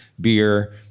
beer